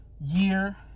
year